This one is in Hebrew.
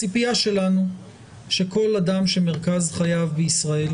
הציפייה שלנו שכל אדם שמרכז חייו בישראל